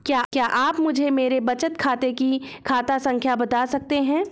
क्या आप मुझे मेरे बचत खाते की खाता संख्या बता सकते हैं?